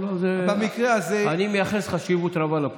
לא, לא, אני מייחס חשיבות רבה לפרוטוקול.